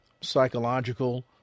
psychological